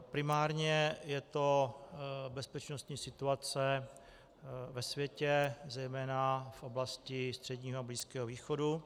Primárně je to bezpečnostní situace ve světě, zejména v oblasti Středního a Blízkého východu.